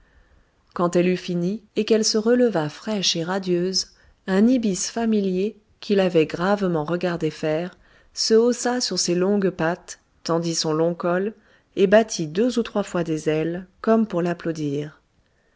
quand elle eut fini et qu'elle se releva fraîche et radieuse un ibis familier qui l'avait gravement regardée faire se haussa sur ses longues pattes tendit son long col et battit deux ou trois fois des ailes comme pour l'applaudir